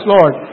Lord